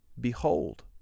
Behold